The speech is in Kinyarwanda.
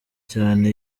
cyane